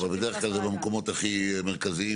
כן, אבל בדרך כלל זה במקומות הכי מרכזיים.